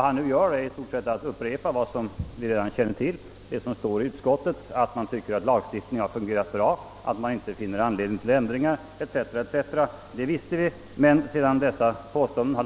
I stort sett upprepade han vad vi redan känner till genom utskottsutlåtandet, nämligen att man tycker att lagstiftningen har fungerat, att man inte finner anledning till ändringar 0. s. v., 0. s.v. Det visste vi. Men sedan utskottet gjorde dessa påståenden har